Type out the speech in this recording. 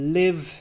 live